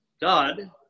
God